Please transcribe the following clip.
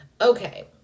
Okay